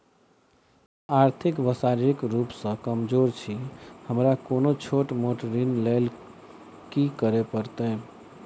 हम आर्थिक व शारीरिक रूप सँ कमजोर छी हमरा कोनों छोट मोट ऋण लैल की करै पड़तै?